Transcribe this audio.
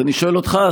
אז אני שואל אותך,